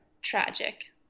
tragic